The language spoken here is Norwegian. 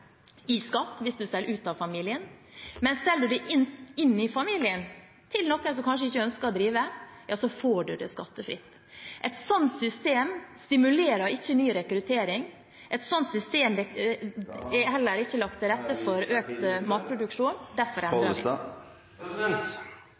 hvis en selger ut av familien, men selger en innad i familien, til noen som kanskje ikke ønsker å drive, så får en det skattefritt. Et slikt system stimulerer ikke til ny rekruttering, et slikt system legger heller ikke til rette for økt matproduksjon. Derfor